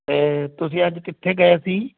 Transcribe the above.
ਅਤੇ ਤੁਸੀਂ ਅੱਜ ਕਿੱਥੇ ਗਏ ਸੀ